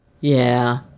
Yeah